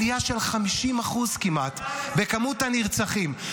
עלייה של 50% כמעט בכמות הנרצחים.